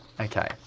Okay